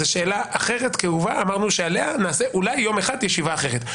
זו שאלה אחרת כאובה ואמרנו שעליה אולי יום אחד נעשה ישיבה אחרת.